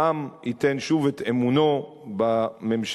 העם ייתן שוב את אמונו בממשלה,